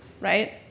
right